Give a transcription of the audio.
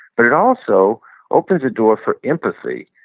but it also opens the door for empathy.